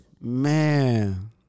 Man